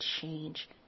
change